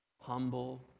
humble